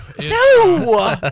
No